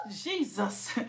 Jesus